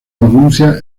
maguncia